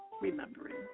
remembering